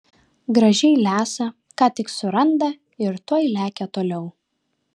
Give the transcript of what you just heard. gražiai lesa ką tik suranda ir tuoj lekia toliau